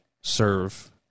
serve